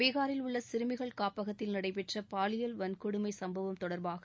பீஹாரில் உள்ள சிறுமிகள் காப்பகத்தில் நடைபெற்ற பாலியல் வன்கொடுமை சும்பவம் தொடர்பாக